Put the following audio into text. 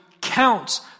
counts